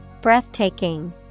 Breathtaking